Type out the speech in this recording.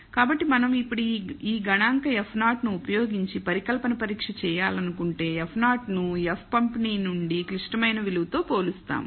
కాబట్టి మనం ఇప్పుడు ఈ గణాంక F0 ని ఉపయోగించి పరికల్పన పరీక్ష చేయాలనుకుంటే F0 ను F పంపిణీ నుండి క్లిష్టమైన విలువతో పోలీస్తాము